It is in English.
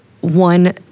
one